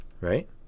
right